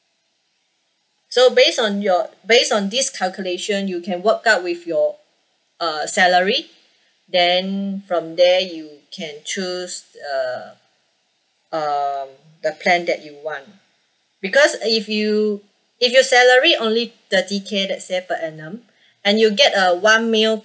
so based on your based on this calculation you can work out with your uh salary then from there you can choose uh um the plan that you want because if you if you salary only thirty K let's say per annum and you get a one mill